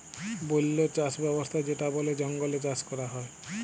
বল্য চাস ব্যবস্থা যেটা বলে জঙ্গলে চাষ ক্যরা হ্যয়